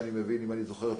אם אני זוכר טוב,